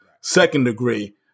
second-degree